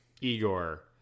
Igor